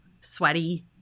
sweaty